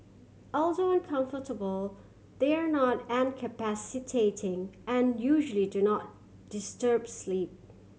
although uncomfortable they are not incapacitating and usually do not disturb sleep